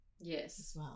Yes